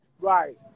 Right